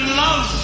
love